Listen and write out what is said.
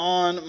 on